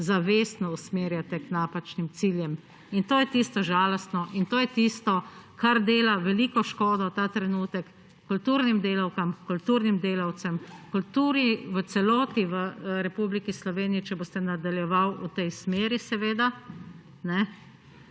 zavestno usmerjate k napačnim ciljem, in to je tisto žalostno in to je tisto, kar dela veliko škodo ta trenutek kulturnim delavkam, kulturnim delavcem, kulturi v celoti v Republiki Sloveniji, če boste nadaljevali v tej smeri seveda.